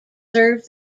serve